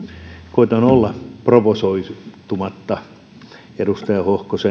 koetan olla provosoitumatta edustaja